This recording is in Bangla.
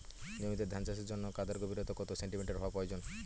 জমিতে ধান চাষের জন্য কাদার গভীরতা কত সেন্টিমিটার হওয়া প্রয়োজন?